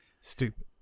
Stupid